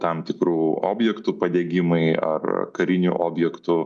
tam tikrų objektų padegimai ar karinių objektų